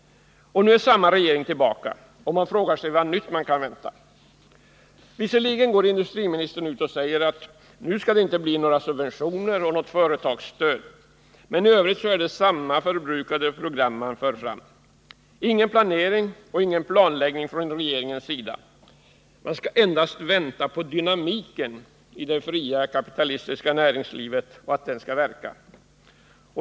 Nu är samma regering tillbaka, och man frågar sig vad nytt vi kan vänta. Visserligen går industriministern ut och säger att nu skall det inte bli några subventioner och något företagsstöd, men i övrigt är det samma förbrukade program man för fram. Ingen planering och ingen planläggning från regeringens sida. Man skall endast vänta på att ”dynamiken” i det fria kapitalistiska näringslivet skall verka.